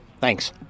Thanks